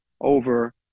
over